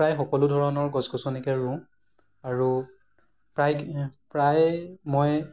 প্ৰায় সকলো ধৰণৰ গছ গছনিকে ৰুওঁ আৰু প্ৰায় প্ৰায়েই মই